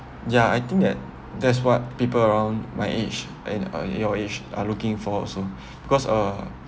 ya I think that that's what people around my age and uh your age are looking for also because uh